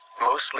mostly